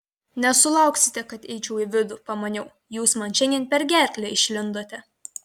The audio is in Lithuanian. nesulauksite kad eičiau į vidų pamaniau jūs man šiandien per gerklę išlindote